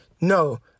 No